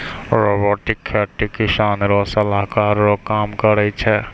robotic खेती किसान रो सलाहकार रो काम करै छै